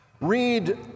Read